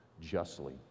justly